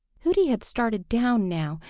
hooty had started down now,